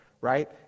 Right